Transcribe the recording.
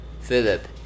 Philip